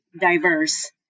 diverse